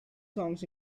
songs